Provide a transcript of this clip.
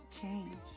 change